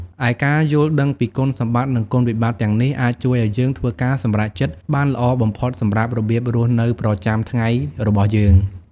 ឯការយល់ដឹងពីគុណសម្បត្តិ និងគុណវិបត្តិទាំងនេះ អាចជួយឱ្យយើងធ្វើការសម្រេចចិត្តបានល្អបំផុតសម្រាប់របៀបរស់នៅប្រចាំថ្ងៃរបស់យើង។